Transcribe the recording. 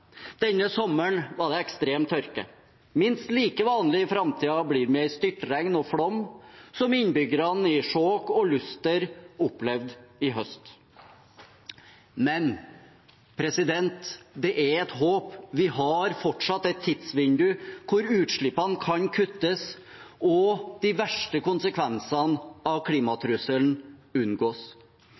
Denne sommeren var det ekstrem tørke. Minst like vanlig i framtiden blir det med styrtregn og flom, som innbyggerne i Skjåk og Luster opplevde i høst. Men det er et håp. Vi har fortsatt et tidsvindu hvor utslippene kan kuttes og de verste konsekvensene av klimatrusselen unngås,